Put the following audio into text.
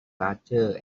larger